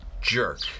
jerk